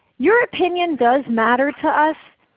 your opinion does matter to us.